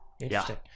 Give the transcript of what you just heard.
Interesting